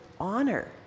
honor